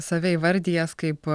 save įvardijęs kaip